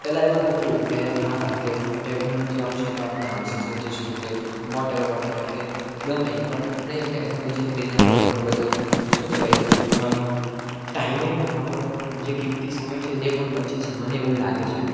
પહેલાં એવું હતું કે હા કે ટેકનોલોજી આવશે તો આપણે આળસું થઈ જઈશું કે વોટએવર વોટએવર કે ગમે તે પણ નહીં ટેક્નોલોજીને લીધે આપણો ઘણો બધો શું કહેવાય આમ ટાઈમેય આપણો જે કિંમતી સમય છે તે પણ બચે છે મને એવું લાગે છે